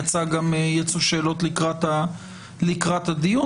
יצאו שאלות לקראת הדיון.